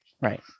Right